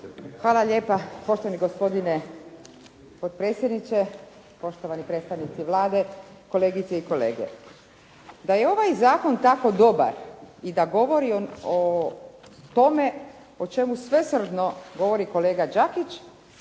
Hvala lijepa. Poštovani gospodine potpredsjedniče, poštovani predstavnici Vlade, kolegice i kolege. Da je ovaj zakon tako dobar i da govori o tome o čemu svesrdno govori kolega Đakić